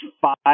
five